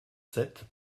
sept